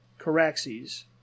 caraxes